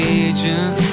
agent